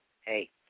hey